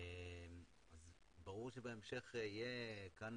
ברור שבהמשך יהיה כאן,